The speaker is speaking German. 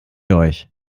euch